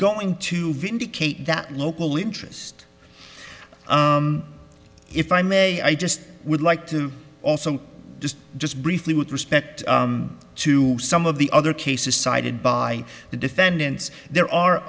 going to vindicate that local interest if i may i just would like to also just just briefly with respect to some of the other cases cited by the defendants there are